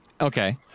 okay